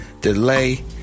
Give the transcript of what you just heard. delay